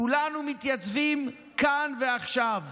כולנו מתייצבים כאן ועכשיו.